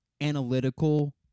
analytical